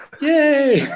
Yay